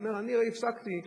אני אומר: אני הפסקתי ביוני,